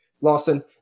Lawson